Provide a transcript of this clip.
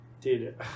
Dude